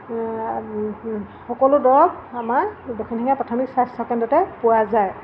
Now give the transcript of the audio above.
সকলো দৰৱ আমাৰ দক্ষিণ শিঙীয়া প্ৰাথমিক স্বাস্থ্যকেন্দ্ৰতে পোৱা যায়